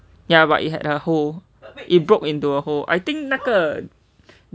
ya but it had a hole it broke into a hole I think 那个